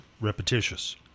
repetitious